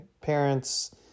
parents